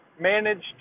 Managed